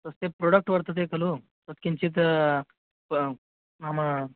तस्य प्रोडक्ट् वर्तते खलु तत् किञ्चित् प नाम